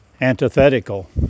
antithetical